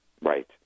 Right